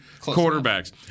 quarterbacks